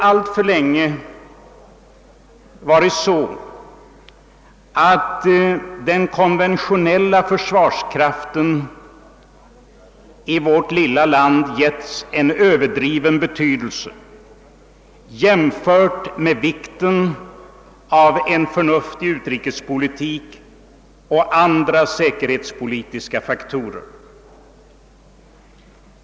Den konventionella försvarskraften har i vårt lilla land allför länge givits en överdriven betydelse i jämförelsee med en förnuftig utrikespolitik och andra viktiga säkerhetspolitiska faktorer.